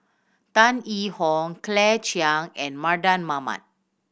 Tan Yee Hong Claire Chiang and Mardan Mamat